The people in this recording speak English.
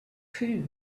too